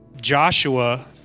Joshua